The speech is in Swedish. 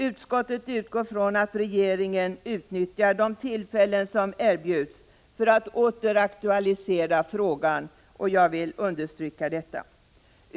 Utskottet utgår från att regeringen utnyttjar de tillfällen som erbjuds för att åter aktualisera frågan, och jag vill understryka detta.